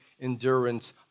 endurance